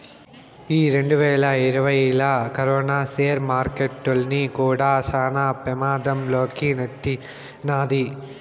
ఈ రెండువేల ఇరవైలా కరోనా సేర్ మార్కెట్టుల్ని కూడా శాన పెమాధం లోకి నెట్టినాది